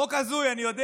זה חוק הזוי, אני יודע.